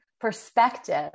perspective